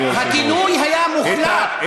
לא, הגינוי היה מוחלט.